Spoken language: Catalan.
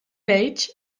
reich